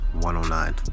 109